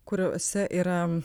kuriuose yra